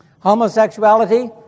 Homosexuality